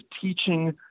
teaching